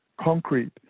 concrete